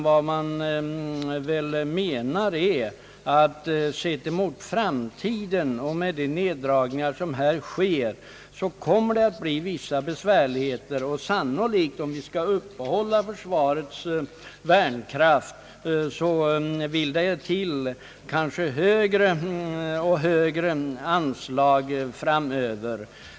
Vad man menar är väl att det i framtiden med de indragningar som här sker kommer att bli vissa besvärligheter. Om vi skall upprätthålla försvarets värnkraft behövs det kanske högre och högre anslag framöver.